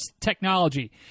technology